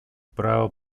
право